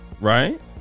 Right